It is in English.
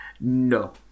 No